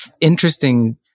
interesting